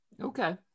Okay